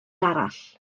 arall